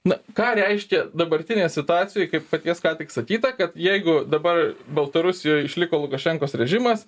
na ką reiškia dabartinėj situacijoj kaip paties ką tik sakyta kad jeigu dabar baltarusijoj išliko lukašenkos režimas